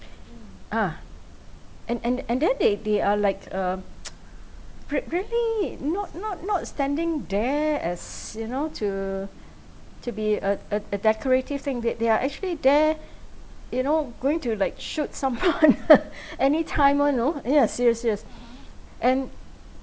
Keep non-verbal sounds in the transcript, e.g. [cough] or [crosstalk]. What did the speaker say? ah and and and then they they are like uh [noise] rea~ really not not not standing there as you know to to be a a a decorative thing that they are actually there you know going to like shoot someone [laughs] anytime [one] you know ya serious serious [breath] and